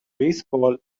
baseball